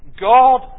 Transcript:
God